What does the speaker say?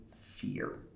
fear